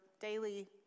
daily